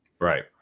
Right